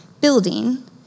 building